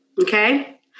Okay